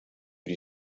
die